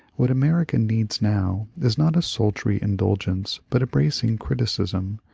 what america needs now is not a sultry indulgence but a bracing criticism,